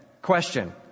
Question